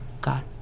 God